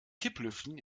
kipplüften